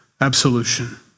absolution